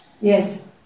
Yes